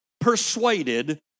persuaded